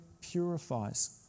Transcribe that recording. purifies